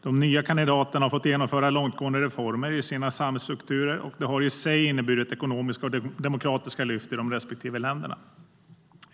De nya kandidaterna har fått genomföra långtgående reformer i sina samhällsstrukturer, och det har i sig inneburit ekonomiska och demokratiska lyft i de respektive länderna.